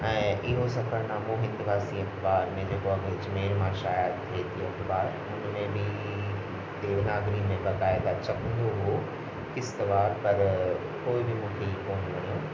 ऐं इहो सफ़रनामो हिंदवासी बाद में जेको आहे अजमेर मां शायर थिए थियो ॿाहिर्रि हुन में बि देवनागरी में बकायदा छपियो बियो हो किस तवार पर कोई बि मूंखे इहो कोन लॻियो